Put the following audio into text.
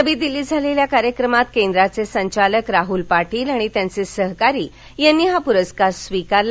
नवी दिल्लीत झालेल्या कार्यक्रमात केंद्राचे संचालक राहल पाटील आणि त्यांचे सहकारी यांनी हा पुरस्कार स्वीकारला